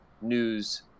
news